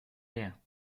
leer